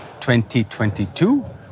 2022